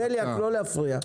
בליאק, לא להפריע.